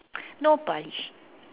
no polish